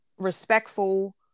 respectful